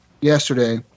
Yesterday